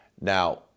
Now